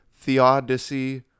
Theodicy